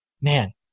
man